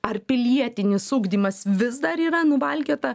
ar pilietinis ugdymas vis dar yra nuvalkiota